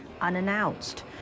unannounced